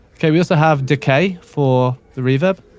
okay, we also have decay for the reverb.